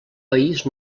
país